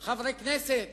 חברי כנסת